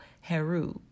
heru